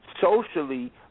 Socially